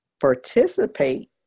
participate